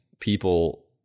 people